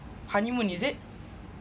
honeymoon is it